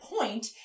point